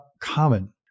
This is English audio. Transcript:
common